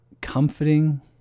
comforting